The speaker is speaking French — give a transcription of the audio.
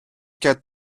quatre